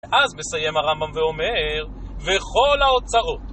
אז מסיים הרמב״ם ואומר, וכל האוצרות.